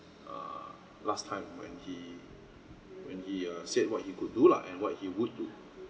err last time when he when he uh said what he could do lah and what he would do